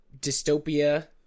dystopia